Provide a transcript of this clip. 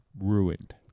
ruined